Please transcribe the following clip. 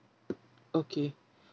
okay